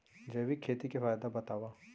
जैविक खेती के फायदा बतावा?